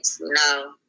No